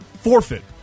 forfeit